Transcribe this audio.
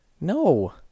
No